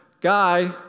Guy